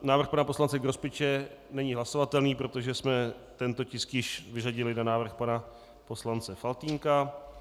Návrh pana poslance Grospiče není hlasovatelný, protože jsem tento tisk již vyřadili na návrh pana poslance Faltýnka.